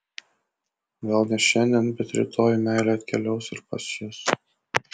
gal ne šiandien bet rytoj meilė atkeliaus ir pas jus